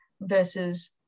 versus